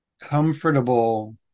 comfortable